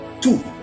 Two